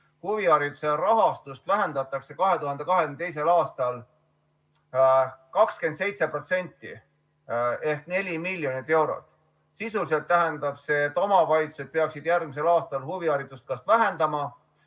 Huvihariduse rahastust vähendatakse 2022. aastal 27% ehk 4 miljonit eurot. Sisuliselt tähendab see, et omavalitsused peaksid järgmisel aastal huviharidust kas vähendama